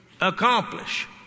accomplish